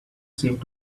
seemed